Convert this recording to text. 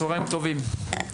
צוהריים טובים,